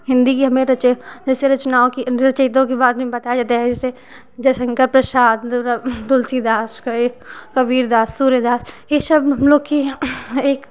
हिन्दी के हमें रच जैसे रचनाओं की रचयितो की बारे में बताया जाता है जैसे जयशंकर प्रसाद दुर्गा तुलसी दास हुए कबीरदास सूरदास ये सब हम लोग की एक